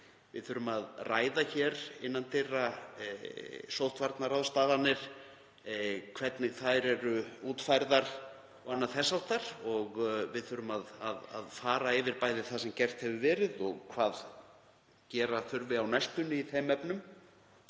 Við þurfum að ræða hér innan dyra sóttvarnaráðstafanir, hvernig þær eru útfærðar og annað þess háttar. Við þurfum bæði að fara yfir það sem gert hefur verið og hvað gera þarf á næstunni í þeim efnum.